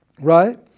right